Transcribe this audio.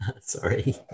Sorry